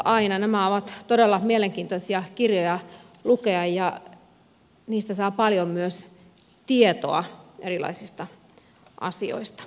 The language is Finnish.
nämä ovat todella mielenkiintoisia kirjoja lukea ja niistä saa paljon myös tietoa erilaisista asioista